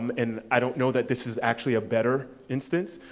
um and i don't know that this is actually a better instance.